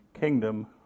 kingdom